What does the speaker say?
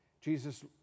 Jesus